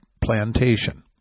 plantation